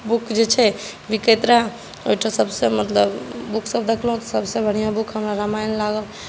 book जे छै बिकैत रहए ओहिठाम सभसँ मतलब बुकसभ देखलहुँ सभसँ बढ़िआँ बुक हमरा रामायण लागल